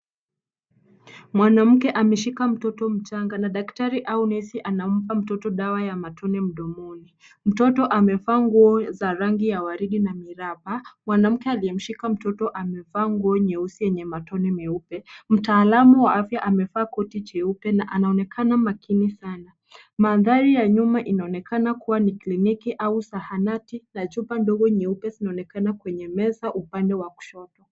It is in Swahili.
Mabasi ya viazi na vikapu vya mihogo, pamoja na nyanya na vitu vingine, vimepangwa kwa ustadi katika banda la soko. Vikapu vilivyojaa viazi vinaunda safu ya mbele inayoivutia macho. Etagi imetandikwa mihogo mikubwa iliyopangwa juu ya mbao. Pembeni, nyanya na vitu vingine vimepangwa kwa ulingo wa mlingoti, hali inayowakilisha mtindo wa soko wa kienyeji uliojaa mpangilio wa kimkakati na ubunifu wa kimazingira.